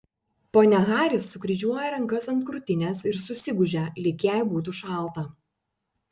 ponia haris sukryžiuoja rankas ant krūtinės ir susigūžia lyg jai būtų šalta